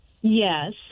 Yes